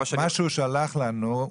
מה שהוא שלח לנו,